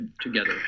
together